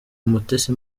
umutesi